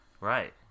Right